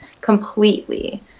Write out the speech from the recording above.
completely